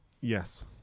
Yes